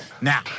now